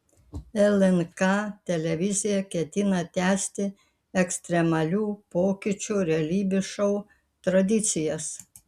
lnk televizija ketina tęsti ekstremalių pokyčių realybės šou tradicijas